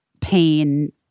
pain